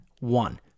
One